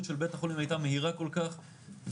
של בית החולים הייתה מהירה כל כך ובאמת,